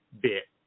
bit